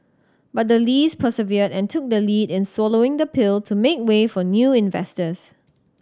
but the Lees persevered and took the lead in swallowing the pill to make way for new investors